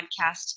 podcast